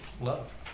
love